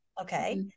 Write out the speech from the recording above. Okay